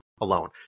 alone